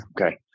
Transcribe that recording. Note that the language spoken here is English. Okay